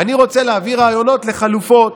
אני רוצה להביא רעיונות לחלופות.